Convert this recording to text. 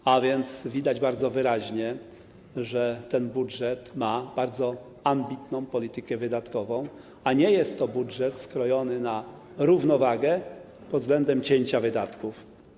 A zatem widać bardzo wyraźnie, że ten budżet ma bardzo ambitną politykę wydatkową, a nie jest to budżet skrojony na równowagę pod względem cięcia wydatków.